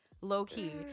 Low-key